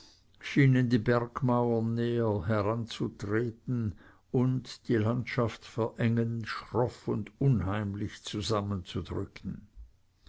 die bergmauern näher heranzutreten und die landschaft verengend schroff und unheimlich zusammenzurücken